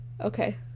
Okay